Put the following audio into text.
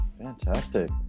Fantastic